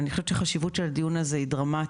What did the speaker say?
אני חושבת שהחשיבות של הדיון הזה היא דרמטית.